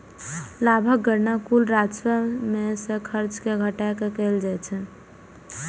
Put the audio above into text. लाभक गणना कुल राजस्व मे सं खर्च कें घटा कें कैल जाइ छै